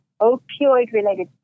opioid-related